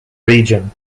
region